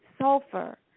sulfur